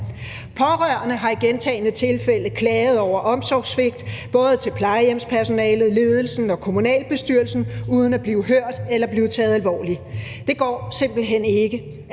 Pårørende har i gentagne tilfælde klaget over omsorgssvigt, både til plejehjemspersonalet, ledelsen og kommunalbestyrelsen, uden at blive hørt eller blive taget alvorligt. Det går simpelt hen ikke,